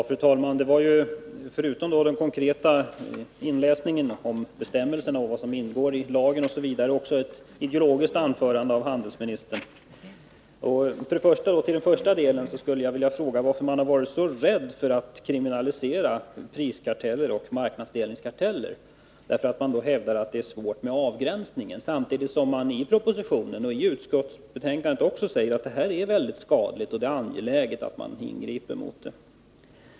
Fru talman! Förutom redogörelsen för bestämmelserna, vad som ingår i lagen osv. var det också ett ideologiskt anförande handelsministern höll. Vad beträffar den första delen skulle jag vilja fråga varför man har varit så rädd för att kriminalisera priskarteller och marknadsdelningskarteller. Man hävdar att det är svårt med avgränsningen, men samtidigt sägs i propositionen och även i utskottsbetänkandet att konkurrensbegränsningen är väldigt skadlig och att det är angeläget att ingripa mot den.